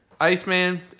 Iceman